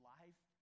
life